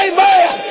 Amen